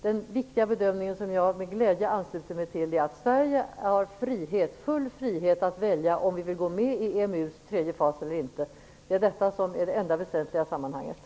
Den viktiga bedömningen, som jag med glädje ansluter mig till, är att vi i Sverige har full frihet att välja om vi vill gå med i EMU:s tredje fas eller inte. Det är det enda som är väsentligt i sammanhanget.